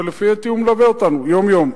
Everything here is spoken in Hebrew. ולפי דעתי הוא מלווה אותנו יום-יום,